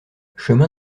chemin